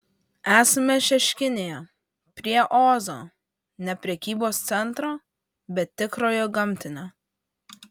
esame šeškinėje prie ozo ne prekybos centro bet tikrojo gamtinio